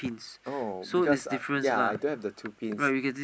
oh because uh ya I don't have the two pins